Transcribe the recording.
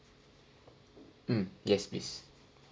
mm yes please